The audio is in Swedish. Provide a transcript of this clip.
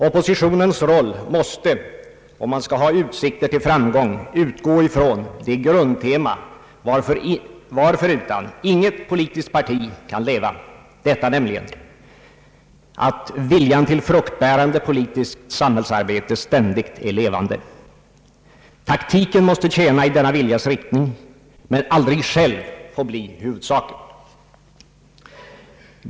Oppositionens roll måste, om man skall ha utsikter till framgång, utgå från det grundtema varförutan inget politiskt parti kan leva, nämligen att viljan till fruktbärande politiskt samhällsarbete ständigt är levande. Taktiken måste tjäna i denna viljas riktning men aldrig själv få bli huvudsaken.